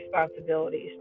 responsibilities